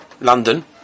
London